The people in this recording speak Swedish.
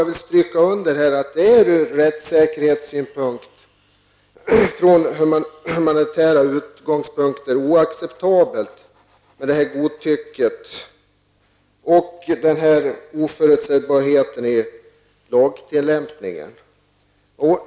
Jag vill understryka att det ur rättssäkerhetssynpunkt såväl som humanitär synpunkt är oacceptabelt med detta godtycke och denna oförutsägbarhet i lagtillämpningen.